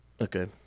Okay